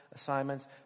assignments